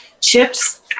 Chips